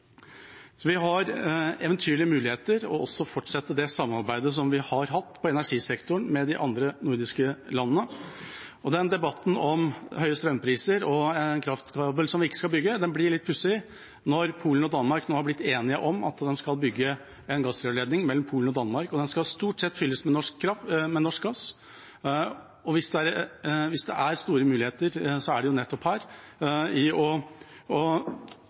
Vi har eventyrlige muligheter. Vi skal også fortsette det samarbeidet som vi har hatt innen energisektoren med de andre nordiske landene. Debatten om høye strømpriser og kraftkabelen vi ikke skal bygge, blir litt pussig når Polen og Danmark nå er blitt enige om at de skal bygge en gassrørledning mellom Polen og Danmark, og den skal stort sett fylles med norsk gass. Hvis det er store muligheter, er det jo nettopp her – i å fortsette den omstillingen og